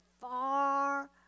far